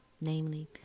Namely